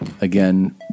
Again